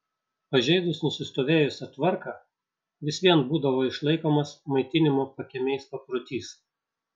pažeidus nusistovėjusią tvarką vis vien būdavo išlaikomas maitinimo pakiemiais paprotys